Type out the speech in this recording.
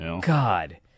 God